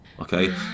Okay